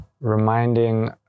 reminding